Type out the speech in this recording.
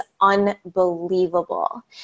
unbelievable